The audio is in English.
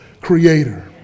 creator